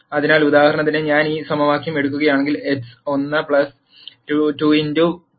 അതിനാൽ ഉദാഹരണത്തിന് ഞാൻ ഈ സമവാക്യം എടുക്കുകയാണെങ്കിൽ x1 2x2 5